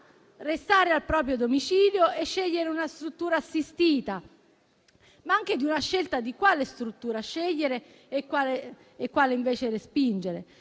restare al proprio domicilio e scegliere una struttura assistita, ma anche della scelta di quale struttura scegliere e quale invece respingere.